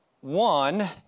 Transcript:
One